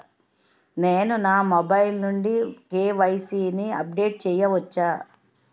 నేను నా మొబైల్ నుండి కే.వై.సీ ని అప్డేట్ చేయవచ్చా?